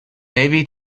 maybe